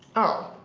oh